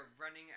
running